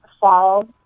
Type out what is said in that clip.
fall